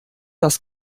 das